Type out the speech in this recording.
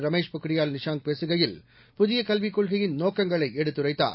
ரமேஷ் பொக்ரியால் நிஷாங் பேசுகையில் புதிய கல்விக் கொள்கையின் நோக்கங்களை எடுத்துரைத்தார்